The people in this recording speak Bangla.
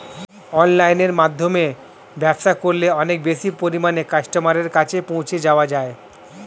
অনলাইনের মাধ্যমে ব্যবসা করলে অনেক বেশি পরিমাণে কাস্টমারের কাছে পৌঁছে যাওয়া যায়?